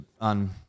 on